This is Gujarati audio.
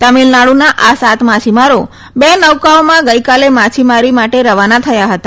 તમિલનાડુના આ સાત માછીમારો બે નૌકાઓમાં ગઈકાલે માછીમારી માટે રવાના થયા હતા